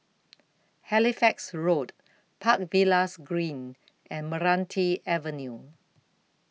Halifax Road Park Villas Green and Meranti Avenue